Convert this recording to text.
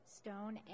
stone